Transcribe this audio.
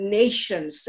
nations